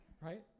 right